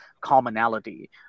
commonality